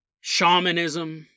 shamanism